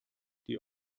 die